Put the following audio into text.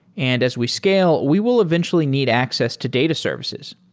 and as we scale, we will eventually need access to data services.